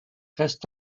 restent